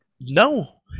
No